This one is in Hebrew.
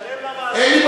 אדוני היושב-ראש,